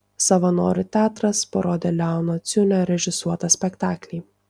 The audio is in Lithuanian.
savanorių teatras parodė leono ciunio režisuotą spektaklį